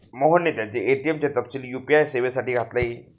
मोहनने त्याचे ए.टी.एम चे तपशील यू.पी.आय सेवेसाठी घातले